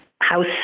house